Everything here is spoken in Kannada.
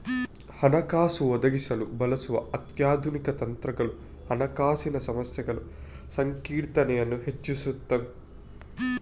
ಹಣಕಾಸು ಒದಗಿಸಲು ಬಳಸುವ ಅತ್ಯಾಧುನಿಕ ತಂತ್ರಗಳು ಹಣಕಾಸಿನ ಸಮಸ್ಯೆಗಳ ಸಂಕೀರ್ಣತೆಯನ್ನು ಹೆಚ್ಚಿಸುತ್ತವೆ